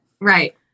Right